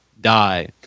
die